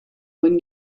when